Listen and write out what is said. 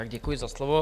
Děkuji za slovo.